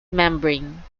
membrane